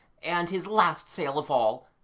and his last sail of all,